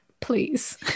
Please